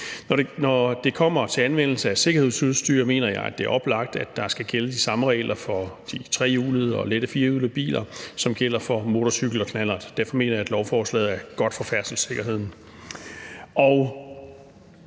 Når det kommer til anvendelse af sikkerhedsudstyr, mener jeg, det er oplagt, at der skal gælde de samme regler for de trehjulede og lette firehjulede biler, som gælder for motorcykel og knallert. Derfor mener jeg, at lovforslaget er godt for færdselssikkerheden.